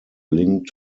linked